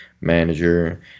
manager